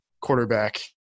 quarterback